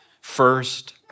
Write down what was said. first